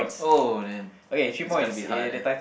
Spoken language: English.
oh damn it's gonna be hard